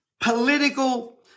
political